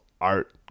Art